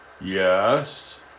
Yes